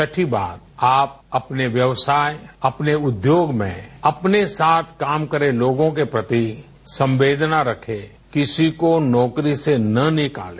छठी बात आप अपने व्यवसाय अपने उद्योग में अपने साथ काम कर रहे लोगों के प्रति संवेदना रखें किसी को नौकरी से न निकालें